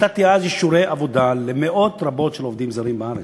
נתתי אז אישורי עבודה למאות רבות של עובדים זרים בארץ,